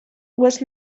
was